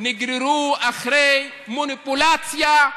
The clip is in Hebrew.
נגררו אחרי מניפולציה,